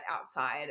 outside